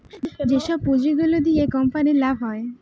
যেসব পুঁজি গুলো দিয়া কোম্পানির লাভ হয়